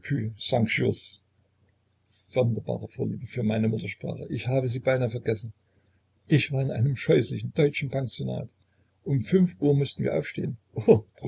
sonderbare vorliebe für meine muttersprache ich habe sie beinahe vergessen ich war in einem scheußlichen deutschen pensionat um fünf uhr mußten wir aufstehen